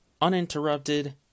uninterrupted